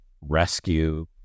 rescue